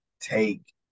take